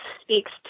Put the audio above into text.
speaks